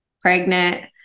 pregnant